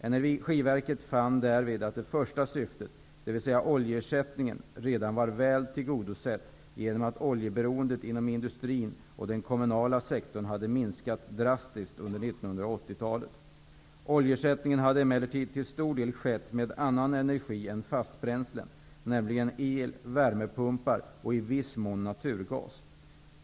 Energiverket fann därvid att det första syftet, dvs. oljeersättningen, redan var väl tillgodosett genom att oljeberoendet inom industrin och den kommunala sektorn hade minskats drastiskt under 1980-talet. Oljeersättningen hade emellertid till stor del skett med annan energi än fastbränslen, nämligen med el, värmepumpar och i viss mån naturgas.